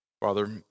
Father